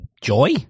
Joy